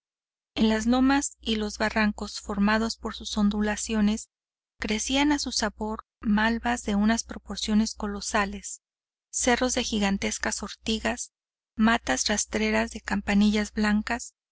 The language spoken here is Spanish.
en las lomas y los barrancos formados por sus ondulaciones crecían a su sabor malvas de unas proporciones colosales cerros de gigantescas ortigas matas rastreras de campanillas blancas